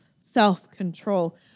self-control